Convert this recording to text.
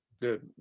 Good